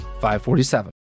547